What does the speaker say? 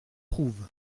trouve